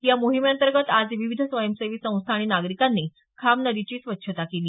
यामोहिमे अतंर्गत आज विविध स्वयंसेवी संस्था आणि नागरिकांनी खाम नदीची स्वछता केली